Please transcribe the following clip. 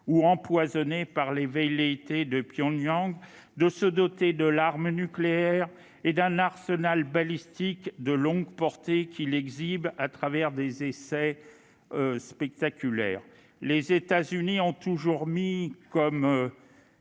ou empoisonnées par les velléités de Pyongyang de se doter de l'arme nucléaire et d'un arsenal balistique de longue portée, qu'il exhibe lors d'essais spectaculaires. Les États-Unis ont toujours fixé comme